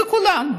וכולם.